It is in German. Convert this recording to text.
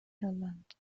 irland